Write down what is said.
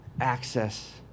access